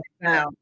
now